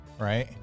right